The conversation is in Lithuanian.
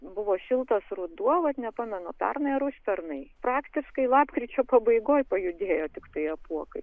buvo šiltas ruduo vat nepamenu pernai ar užpernai praktiškai lapkričio pabaigoj pajudėjo tiktai apuokai